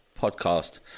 podcast